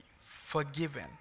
forgiven